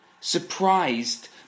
Surprised